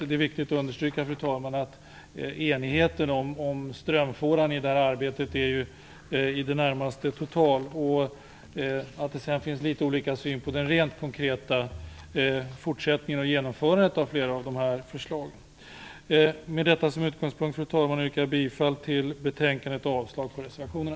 Det är viktigt att understryka, fru talman, att enigheten om strömfåran i det här arbetet är i det närmaste total, även om det finns litet olika syn på det rent konkreta genomförandet av flera av förslagen. Med denna utgångspunkt, fru talman, yrkar jag bifall till utskottets hemställan och avslag på reservationerna.